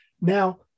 now